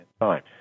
time